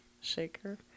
Shaker